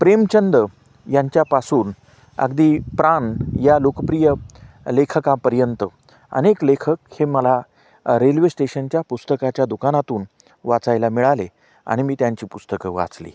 प्रेमचंद यांच्यापासून अगदी प्राण या लोकप्रिय लेखकापर्यंत अनेक लेखक हे मला रेल्वे स्टेशनच्या पुस्तकाच्या दुकानातून वाचायला मिळाले आणि मी त्यांची पुस्तकं वाचली